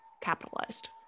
capitalized